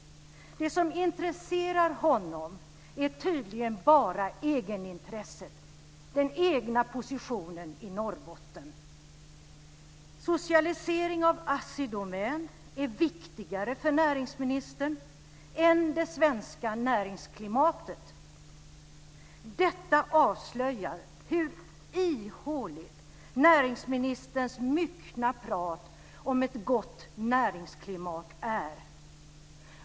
Det som intresserar honom är tydligen bara egenintresset - den egna positionen i Norrbotten. Socialisering av Assi Domän är viktigare för näringsministern än det svenska näringsklimatet. Detta avslöjar hur ihåligt näringsministerns myckna prat om ett gott näringsklimat är.